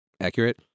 accurate